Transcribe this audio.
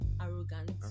arrogant